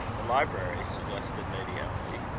the library? suggested lady emily.